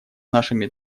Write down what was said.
нашими